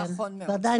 נכון מאוד.